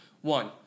one